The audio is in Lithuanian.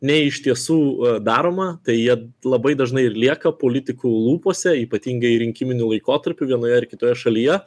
nei iš tiesų a daroma tai jie labai dažnai lieka politikų lūpose ypatingai rinkiminiu laikotarpiu vienoje ar kitoje šalyje